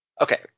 Okay